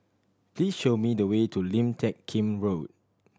please show me the way to Lim Teck Kim Road